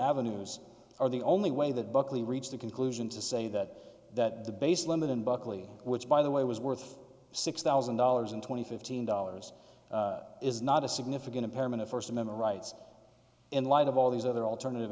avenues are the only way that buckley reach that conclusion to say that that the base limit in buckley which by the way was worth six thousand dollars and twenty fifteen dollars is not a significant impairment of first amendment rights in light of all these other alternative